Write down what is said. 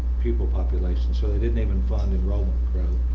people population. so they didn't even fund enrollment growth.